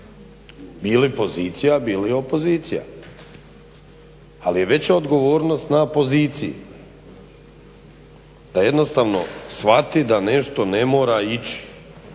bili pozicija, bili opozicija, ali je veća odgovornost na poziciji da jednostavno shvati da nešto ne mora ići